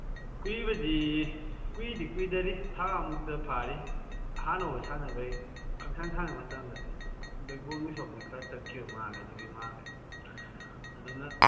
ꯀꯨꯏꯕꯗꯤ ꯀꯨꯏꯗꯤ ꯀꯨꯏꯗꯔꯤ ꯊꯥ ꯑꯃꯨꯛꯇ ꯐꯥꯔꯤ ꯍꯥꯟꯅ ꯌꯣꯒꯥ ꯁꯥꯟꯅꯕꯩ ꯈꯪꯁꯥꯟ ꯁꯥꯟꯅꯕ ꯃꯇꯝꯗ ꯕꯦꯛ ꯕꯣꯟꯒꯤ ꯁꯔꯨꯛꯇꯨ ꯈꯔ ꯆꯠꯈꯤꯕ ꯃꯥꯜꯂꯦ ꯑꯗꯨꯒꯤ ꯃꯥꯜꯂꯦ ꯑꯗꯨꯅ